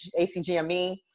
ACGME